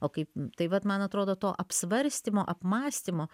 o kaip tai vat man atrodo to apsvarstymo apmąstymo